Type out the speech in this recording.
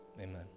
Amen